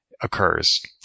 occurs